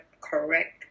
correct